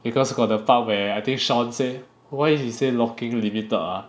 because got the part where I think Sean say why he say lock-in limited ah